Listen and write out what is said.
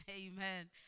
Amen